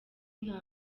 nta